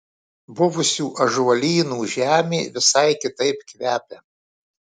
buvusių ąžuolynų žemė visai kitaip kvepia